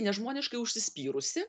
nežmoniškai užsispyrusi